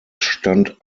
stand